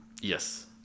Yes